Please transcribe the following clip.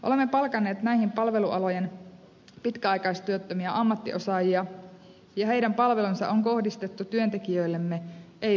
olemme palkanneet näiden palvelualojen pitkäaikaistyöttömiä ammattiosaajia ja heidän palvelunsa on kohdistettu työntekijöillemme ei vanhuksille